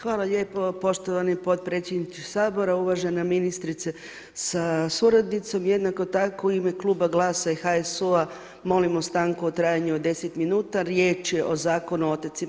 Hvala lijepo poštovani podpredsjedniče Sabora, uvažena ministrice sa suradnicom, jednako tako u ime kluba Glasa i HSU-a, molimo stanku u trajanju od 10 minuta, riječ je o Zakonu o otocima.